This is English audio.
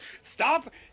stop